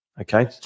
okay